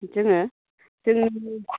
जोङो जों